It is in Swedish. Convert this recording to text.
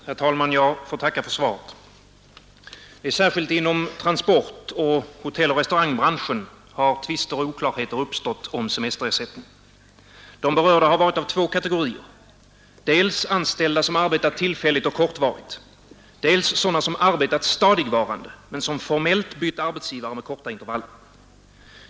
Herr talman! Jag ber att få tacka för svaret. Särskilt inom transportoch hotelloch restaurangbranschen har tvister och oklarheter uppstått om semesterersättning. De berörda har varit av två kategorier, dels anställda som arbetar tillfälligt och kortvarigt, dels sådana som arbetat stadigvarande men som formellt bytt arbetsgivare med korta intervaller.